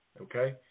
Okay